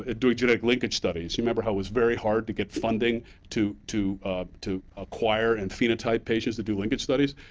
ah genetic linkage studies. you remember how it was very hard to get funding to to to acquire and phenotype patients to do linkage studies?